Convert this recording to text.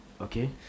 okay